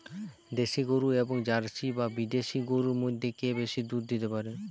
দেশী গরু এবং জার্সি বা বিদেশি গরু মধ্যে কে বেশি দুধ দিতে পারে?